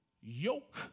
yoke